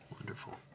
Wonderful